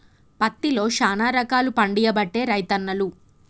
పత్తిలో శానా రకాలు పండియబట్టే రైతన్నలు